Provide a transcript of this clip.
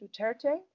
Duterte